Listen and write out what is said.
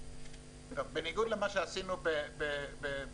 מצליחה --- בניגוד למה שעשינו בענף